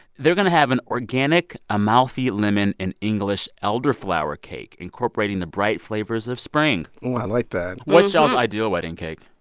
they're going to have an organic amalfi lemon and english elderflower cake, incorporating the bright flavors of spring oh, i like that what's y'all's ideal wedding cake?